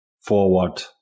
forward